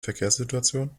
verkehrssituation